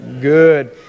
Good